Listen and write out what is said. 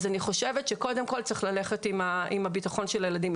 אני חושבת שקודם כל צריך ללכת עם הביטחון של הילדים.